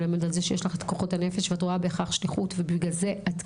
מלמד על זה שיש בך את כוחות הנפש ואת רואה בכך שליחות ובגלל זה את כאן.